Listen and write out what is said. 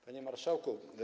Panie Marszałku!